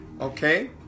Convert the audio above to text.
Okay